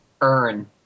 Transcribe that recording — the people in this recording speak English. earn